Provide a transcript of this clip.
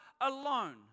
alone